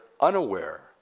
unaware